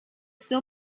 still